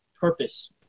purpose